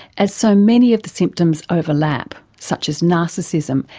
as so many of the symptoms overlap, such as narcissism,